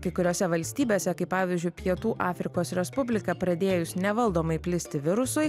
kai kuriose valstybėse kaip pavyzdžiui pietų afrikos respublika pradėjus nevaldomai plisti virusui